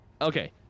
okay